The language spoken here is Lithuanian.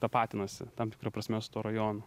tapatinasi tam tikra prasme su tuo rajonu